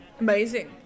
Amazing